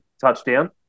touchdown